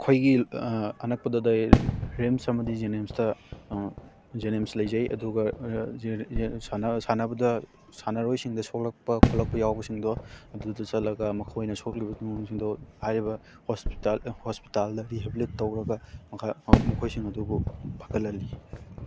ꯑꯩꯈꯣꯏꯒꯤ ꯑꯅꯛꯄꯗ ꯔꯤꯝꯁ ꯑꯃꯗꯤ ꯖꯦꯅꯤꯝꯇ ꯖꯦꯅꯤꯝꯁ ꯂꯩꯖꯩ ꯑꯗꯨꯒ ꯁꯥꯟꯅꯕꯗ ꯁꯥꯟꯅꯔꯣꯏꯁꯤꯡꯗ ꯁꯣꯛꯂꯛꯄ ꯈꯣꯠꯂꯛꯄ ꯌꯥꯎꯕꯁꯤꯡꯗꯣ ꯑꯗꯨꯗ ꯆꯠꯂꯒ ꯃꯈꯣꯏꯅ ꯁꯣꯛꯂꯤꯕ ꯃꯑꯣꯡꯁꯤꯡꯗꯣ ꯍꯥꯏꯔꯤꯕ ꯍꯣꯁꯄꯤꯇꯥꯜ ꯍꯣꯁꯄꯤꯇꯥꯜꯗ ꯔꯤꯍꯦꯕ꯭ꯔꯤꯂꯤꯠ ꯇꯧꯔꯒ ꯃꯈꯣꯏꯁꯤꯡ ꯑꯗꯨꯕꯨ ꯐꯒꯠꯍꯜꯂꯤ